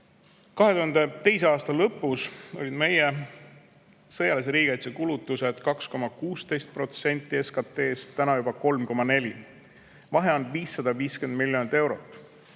2002. aasta lõpus olid meie sõjalise riigikaitse kulutused 2,16% SKT-st, täna juba 3,4%. Vahe on 550 miljonit eurot.